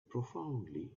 profoundly